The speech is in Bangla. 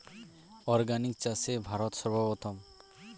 অর্গানিক চাষে ভারত সর্বপ্রথম